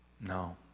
No